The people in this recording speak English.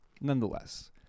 nonetheless